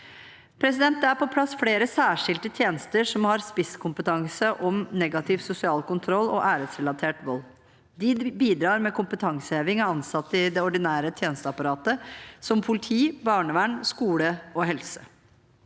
Det er på plass flere særskilte tjenester som har spisskompetanse på negativ sosial kontroll og æresrelatert vold. De bidrar med kompetanseheving av ansatte i det ordinære tjenesteapparatet, som politi, barnevern, skole og helse.